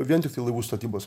vien tiktai laivų statybos